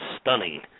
stunning